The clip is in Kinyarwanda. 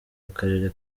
akarere